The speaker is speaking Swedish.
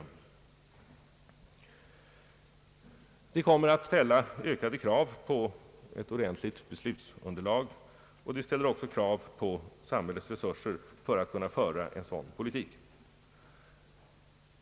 Detta kommer att ställa ökade krav på eit ordentligt beslutsunderlag, och det ställer också krav på samhällets resurser för att föra en sådan politik.